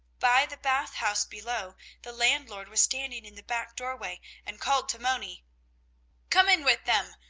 by the bath house below the landlord was standing in the back doorway and called to moni come in with them.